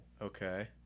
Okay